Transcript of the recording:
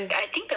mm